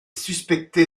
suspectée